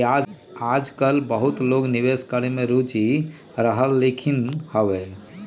याजकाल बहुते लोग निवेश करेमे में रुचि ले रहलखिन्ह हबे